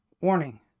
Warning